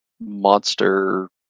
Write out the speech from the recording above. monster